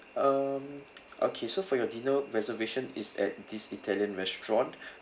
um okay so for your dinner reservation is at this italian restaurant